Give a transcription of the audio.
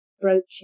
brooches